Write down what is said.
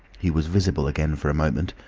he was visible again for a moment,